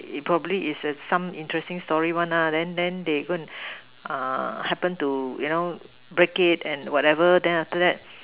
it probably is is some interesting story one lah then then they go and happen to you know break it and whatever then after that